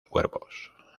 cuervos